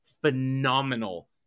phenomenal